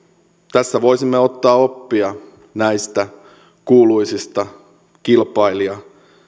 tässä voisimme ottaa oppia näistä kuuluisista kilpailija